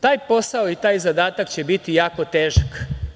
Taj posao i taj zadatak će biti jako težak.